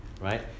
right